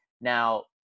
now